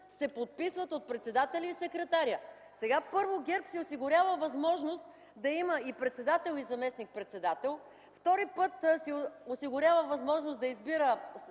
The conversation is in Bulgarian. се подписват от председателя и секретаря. Сега, първо, ГЕРБ си осигурява възможност да има и председател и заместник-председател, втори път си осигурява възможност да избира